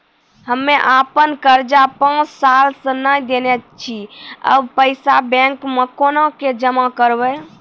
हम्मे आपन कर्जा पांच साल से न देने छी अब पैसा बैंक मे कोना के जमा करबै?